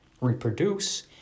reproduce